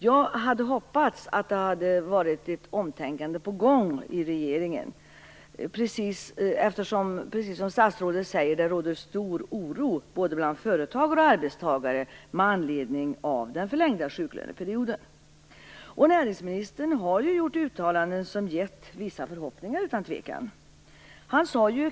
Jag hade hoppats att det var ett omtänkande på gång i regeringen. Precis som statsrådet säger råder det nämligen stor oro bland såväl företagare som arbetstagare med anledning av den förlängda sjuklöneperioden. Näringsministern har gjort uttalanden som utan tvekan gett vissa förhoppningar.